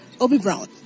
Obi-Brown